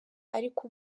ariko